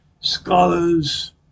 scholars